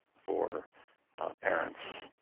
for parents